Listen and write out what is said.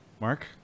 Mark